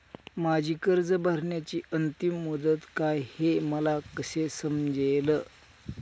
माझी कर्ज भरण्याची अंतिम मुदत काय, हे मला कसे समजेल?